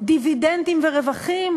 דיבידנדים ורווחים